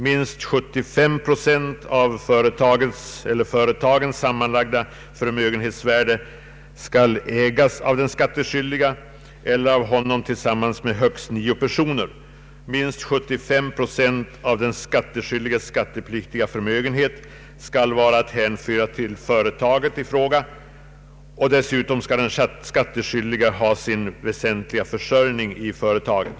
Minst 75 procent av företagens förmögenhetsvärde skall ägas av den skattskyldige eller av honom tillsam mans med högst nio personer. Minst 75 procent av den skattskyldiges skattepliktiga förmögenhet skall vara att hänföra till företaget i fråga. Dessutom skall den skattskyldige ha sin väsentliga försörjning i företaget.